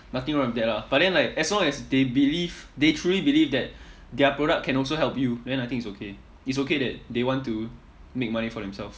nothing wrong with that lah but then like as long as they believe they truly believe that their product can also help you then I think it's okay it's okay that they want to make money for themselves